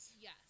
Yes